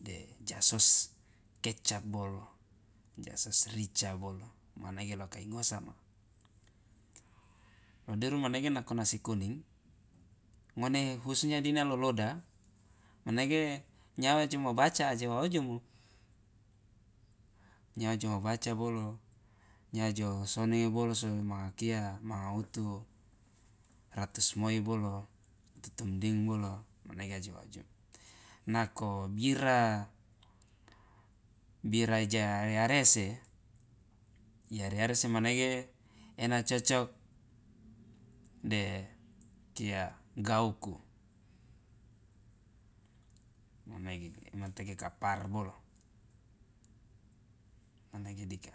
de jasos kecap bolo ja sos rica bolo manege lo kai ngosama lo duru manege nako nasi kuning ngone hususnya dina loloda manege nyawa joma baca aje wa ojomo nyawa joma baca bolo nyawa jo sonenge bolo so manga kia manga wutu ratus moi bolo wutu tumding bolo manege aje wa ojomo nako bira bira jare arese iare arese menege ena cocok de kia gauku manege imateke ka par bolo manege dika.